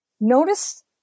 Notice